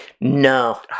No